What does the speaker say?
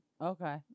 Okay